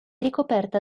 ricoperta